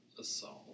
assault